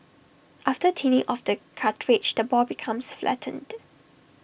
after thinning of the cartilage the ball becomes flattened